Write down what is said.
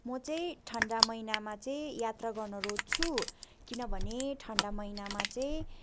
म चाहिँ ठन्डा महिना चाहिँ यात्रा गर्न रोज्छु किनभने ठन्डा महिनामा चाहिँ